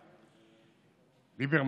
ליברמן,